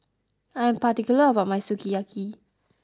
I am particular about my Sukiyaki